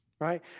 Right